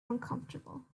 uncomfortable